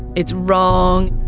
it's wrong.